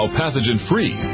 pathogen-free